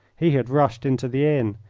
he had rushed into the inn,